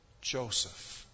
Joseph